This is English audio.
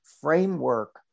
framework